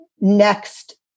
next